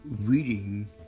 reading